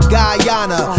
Guyana